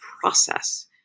process